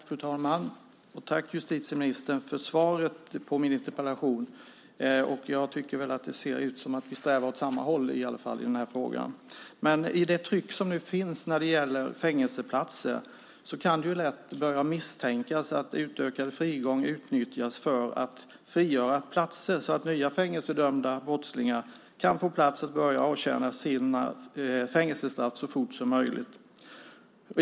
Fru talman! Tack, justitieministern, för svaret på min interpellation. Jag tycker väl att det ser ut som om vi strävar åt samma håll, i alla fall, i den här frågan. Med tanke på det tryck som nu finns när det gäller fängelseplatser kan det ju lätt börja misstänkas att utökad frigång utnyttjas för att frigöra platser så att nya fängelsedömda brottslingar kan få plats att börja avtjäna sina fängelsestraff så fort som möjligt.